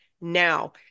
now